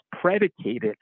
predicated